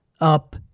up